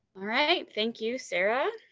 right. thank you, sarah.